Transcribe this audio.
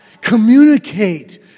Communicate